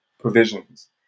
provisions